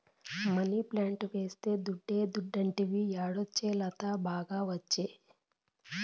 money plant వేస్తే దుడ్డే దుడ్డంటివి యాడొచ్చే లత, బాగా ఒచ్చే